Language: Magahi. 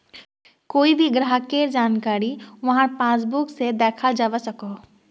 कोए भी ग्राहकेर जानकारी वहार पासबुक से दखाल जवा सकोह